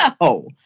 No